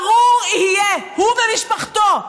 ארור יהיה הוא ומשפחתו,